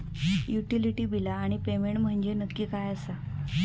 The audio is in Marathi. युटिलिटी बिला आणि पेमेंट म्हंजे नक्की काय आसा?